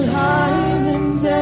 highlands